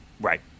Right